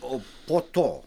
o po to